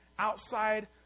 Outside